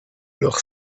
leur